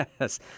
Yes